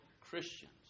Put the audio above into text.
Christians